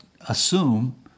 assume